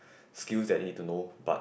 skills they need to know but